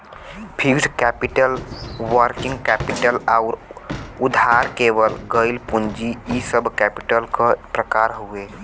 fixed capital working capital आउर उधार लेवल गइल पूंजी इ सब कैपिटल क प्रकार हउवे